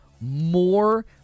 more